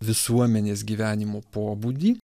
visuomenės gyvenimo pobūdį